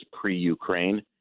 pre-Ukraine